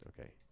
Okay